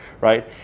right